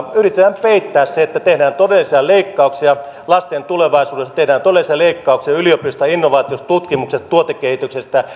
yritetään peittää se että tehdään todellisia leikkauksia lasten tulevaisuudesta tehdään todellisia leikkauksia yliopistoista innovaatioista tutkimuksesta tuotekehityksestä